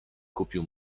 kupił